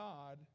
God